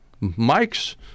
Mike's